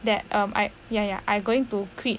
that um I ya ya I going to quit